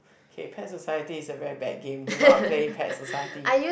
okay Pet Society is a very bad game do not play Pet Society